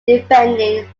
defending